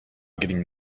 getting